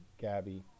Gabby